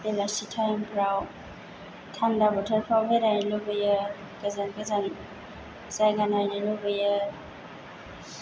बेलासि टाइमफ्राव थान्दा बोथोरफ्राव बेरायनो लुबैयो गोजान गोजान जायगा नायनो लुबैयो